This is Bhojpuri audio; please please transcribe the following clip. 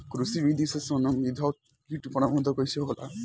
कृषि विधि से समन्वित कीट प्रबंधन कइसे होला?